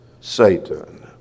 Satan